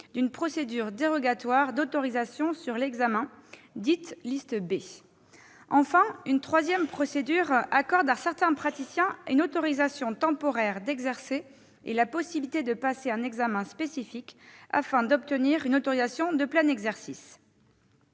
d'une procédure dérogatoire d'autorisation sur examen, dite « liste B ». Enfin, une troisième procédure accorde à certains praticiens une autorisation temporaire d'exercer et la possibilité de passer un examen spécifique, afin d'obtenir une autorisation de plein exercice.